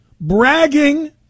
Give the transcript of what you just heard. bragging